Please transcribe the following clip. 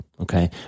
Okay